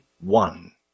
one